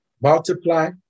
multiply